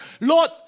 Lord